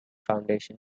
foundation